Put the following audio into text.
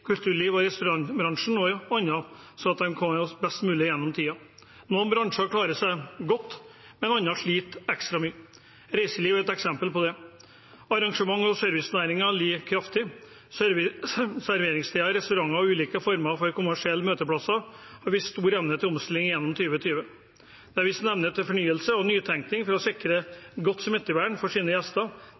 restaurantbransjen og andre, sånn at de kommer seg best mulig gjennom denne tiden. Noen bransjer klarer seg godt, men andre sliter ekstra mye. Reiseliv er et eksempel på det. Arrangements- og servicenæringen lider kraftig. Serveringssteder, restauranter og ulike former for kommersielle møteplasser har vist stor evne til omstilling gjennom 2020. De har vist evne til fornyelse og nytenkning for å sikre godt smittevern for sine gjester.